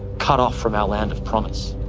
cut off from our land of promise.